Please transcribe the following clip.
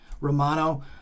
Romano